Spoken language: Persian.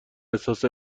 احساس